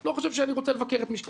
לא חושב שאני רוצה לבקר את מי שקיבל.